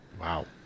Wow